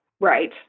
Right